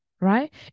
right